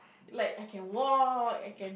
like I can walk I can